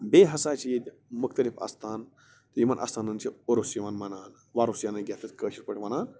بییٚہِ ہسا چھِ ییٚتہِ مُختلِف آستان تہٕ یِمن آستانن چھُ عُرس یِوان مناونہٕ وۄرُس یعنے کہِ یتھ أسۍ کٲشِرۍ پٲٹھۍ ونان